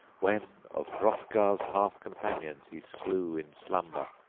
when of hrothgar's hearth-companions he slew in slumber,